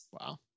Wow